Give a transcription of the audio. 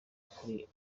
kuri